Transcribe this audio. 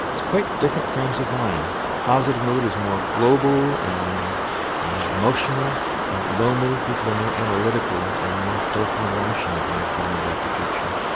it's quite different frames of mind positive mood is more global and emotional low mood people are more analytical and more careful and rational in their planning about the future.